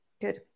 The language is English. Good